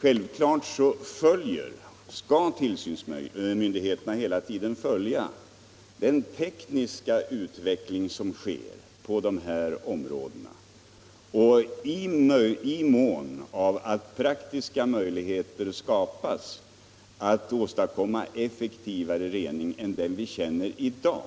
Självfallet skall tillsynsmyndigheterna hela tiden följa den tekniska utvecklingen, och i den mån praktiska möjligheter skapas att åstadkomma en effektivare rening än den vi i dag